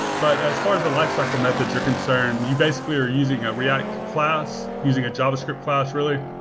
but as far as the lifecycle methods are concerned, you basically are using a react class, using a javascript class, really,